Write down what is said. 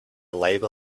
labor